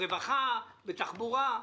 ברווחה ובתחבורה?